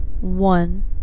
One